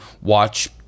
watch